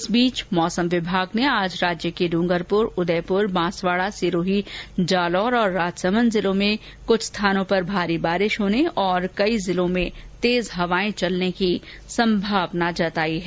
इस बीच मौसम विभाग ने आज राज्य के ड्रंगरपुर उदयपुर बांसवाडा सिरोही जालौर और राजसमंद जिलों में भारी बारिश होने और कई जिलों में तेज हवाएं चलने की संभावना जतायी है